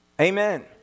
Amen